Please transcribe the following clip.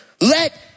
let